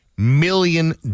million